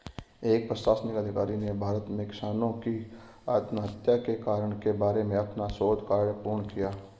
एक प्रशासनिक अधिकारी ने भारत में किसानों की आत्महत्या के कारण के बारे में अपना शोध कार्य पूर्ण किया